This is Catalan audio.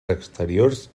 exteriors